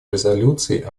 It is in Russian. резолюции